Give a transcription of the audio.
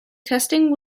testing